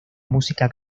música